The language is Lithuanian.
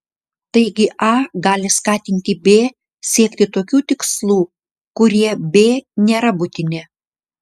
taigi a gali skatinti b siekti tokių tikslų kurie b nėra būtini